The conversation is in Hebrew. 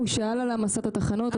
הוא שאל על העמסת התחנות,